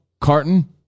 Carton